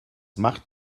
macht